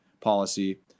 policy